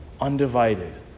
undivided